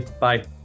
bye